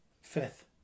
Fifth